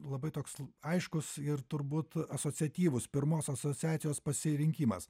labai toks aiškus ir turbūt asociatyvus pirmos asociacijos pasirinkimas